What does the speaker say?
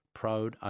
proud